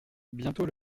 bientôt